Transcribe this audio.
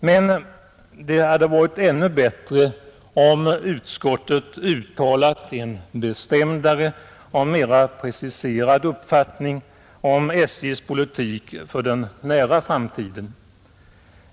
Men det hade varit ännu bättre om utskottet uttalat en bestämdare och mera preciserad uppfattning om SJ:s politik för den nära framtiden.